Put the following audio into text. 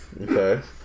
Okay